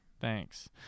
Thanks